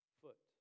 foot